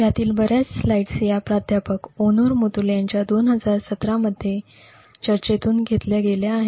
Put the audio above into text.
ह्यातील बऱ्याच स्लाइड्स ह्या प्राध्यापक ओणूर मुतलू यांच्या २०१७ मधील चर्चेतून घेतल्या गेल्या आहेत